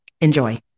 Enjoy